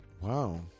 Wow